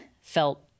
felt